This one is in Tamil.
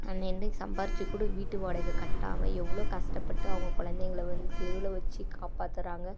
அன்னன்றைக்கு சம்பாதிச்சு கூட வீட்டு வாடகை கட்டாமல் எவ்வளோ கஷ்டப்பட்டு அவங்க குழந்தைங்கள வந்து தெருவில் வச்சு காப்பாற்றுறாங்க